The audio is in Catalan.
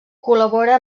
col·labora